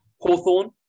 Hawthorne